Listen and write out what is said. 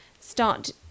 start